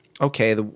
okay